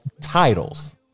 titles